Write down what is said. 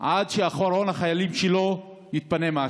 עד שאחרון החיילים שלו יתפנה מהשטח.